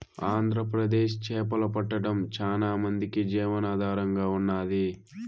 ఆంధ్రప్రదేశ్ చేపలు పట్టడం చానా మందికి జీవనాధారంగా ఉన్నాది